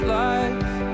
life